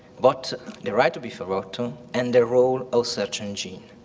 but the right to be forgotten, and the role of search engines.